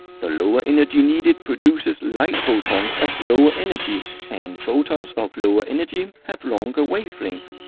the lower energy needed produces light photons of lower energy. and photons of lower energy have longer wavelength.